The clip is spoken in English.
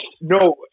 No